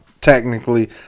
technically